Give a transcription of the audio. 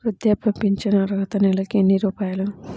వృద్ధాప్య ఫింఛను అర్హత నెలకి ఎన్ని రూపాయలు?